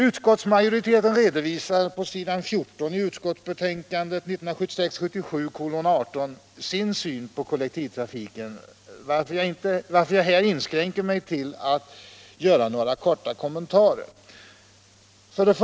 Utskottsmajoriteten redovisar på s. 14 i betänkandet 1976/77:18 sin syn på kollektivtrafiken, varför jag här inskränker mig till några korta kommentarer.